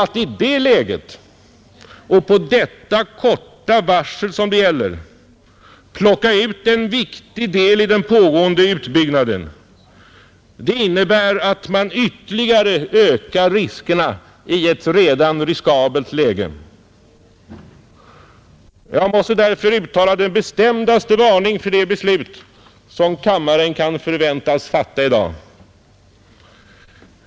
Att under dessa förhållanden och på det mycket korta varsel som det här är fråga om plocka ut en viktig del i den pågående utbyggnaden innebär att man ytterligare ökar riskerna i ett redan riskabelt läge. Jag måste därför uttala den bestämdaste varning för det beslut som kammaren kan förväntas komma att fatta i dag.